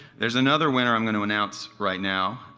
there's another winner i'm going to announce right now.